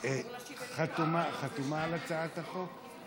חתומה על הצעת החוק?